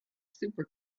super